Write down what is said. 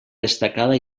destacada